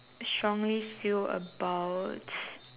strongly feel about